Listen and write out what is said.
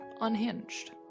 unhinged